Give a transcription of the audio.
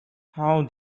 how